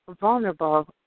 vulnerable